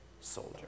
soldier